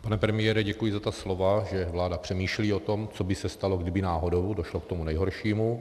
Pane premiére, děkuji za ta slova, že vláda přemýšlí o tom, co by se stalo, kdyby náhodou došlo k tomu nejhoršímu.